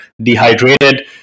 dehydrated